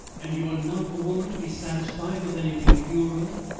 and you are not the woman to be satisfied with anything puerile.